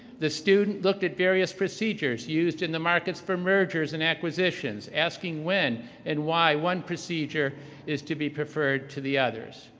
the student looked at various procedures used in the markets for mergers and acquisitions asking when and why one procedure is to be preferred to the others.